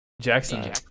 Jackson